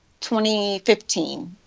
2015